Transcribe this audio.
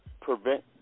prevent